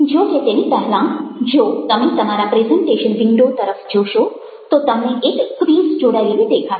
જો કે તેની પહેલાં જો તમે તમારા પ્રેઝન્ટેશન વિન્ડો તરફ જોશો તો તમને એક ક્વિઝ જોડાયેલી દેખાશે